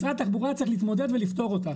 משרד התחבורה צריך להתמודד ולפתור אותה